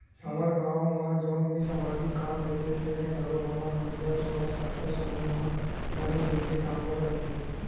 हमर गाँव म जउन भी समाजिक काम रहिथे तेमे घलोक हमर महिला स्व सहायता समूह ह बने भीड़ के काम ल करथे